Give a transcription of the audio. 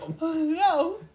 no